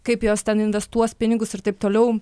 kaip jos ten investuos pinigus ir taip toliau